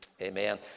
Amen